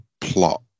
plot